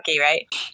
right